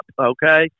okay